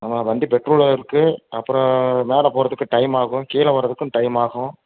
நம்ம வண்டி பெட்ரோல் இருக்கு அப்புறம் மேலே போகறதுக்கு டைம் ஆகும் கீழே வர்றதுக்கும் டைம் ஆகும்